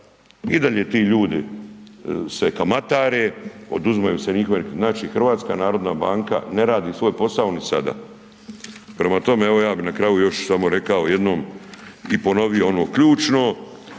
I dalje ti ljudi se kamatare, oduzimaju se njihove, znači HNB ne radi svoj posao ni sada. Prema tome, evo ja bi na kraju još samo jednom i ponovio ono ključno,